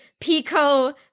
Pico